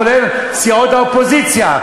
כולל סיעות האופוזיציה,